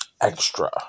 Extra